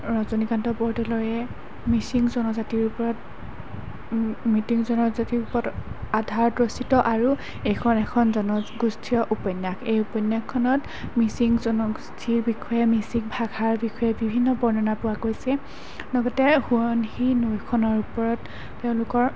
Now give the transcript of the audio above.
ৰজনীকান্ত বৰদলৈয়ে মিচিং জনজাতিৰ ওপৰত মিটিং জনজাতিৰ ওপৰত আধাৰত ৰচিত আৰু এইখন এখন জনগোষ্ঠীয় উপন্যাস এই উপন্যাসখনত মিচিং জনগোষ্ঠীৰ বিষয়ে মিচিং ভাষাৰ বিষয়ে বিভিন্ন বৰ্ণনা পোৱা গৈছে লগতে সোৱনশিৰি নৈখনৰ ওপৰত তেওঁলোকৰ